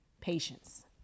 Patience